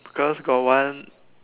cause got one